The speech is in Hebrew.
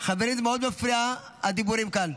חברים, זה מאוד מפריע, הדיבורים כאן.